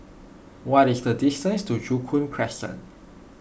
what is the distance to Joo Koon Crescent